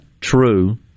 true